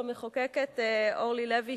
המחוקקת אורלי לוי,